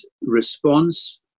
response